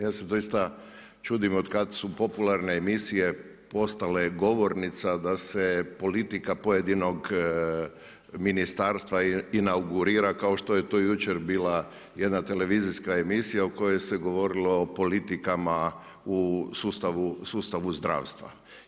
Ja se doista čudim od kad su popularne emisije postale govornica da se politika pojedinog ministarstva inaugurira kao što je to jučer bila jedna televizijska emisija u kojoj se govorilo o politikama u sustavu zdravstva.